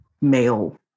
male